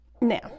now